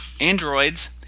androids